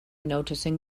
noticing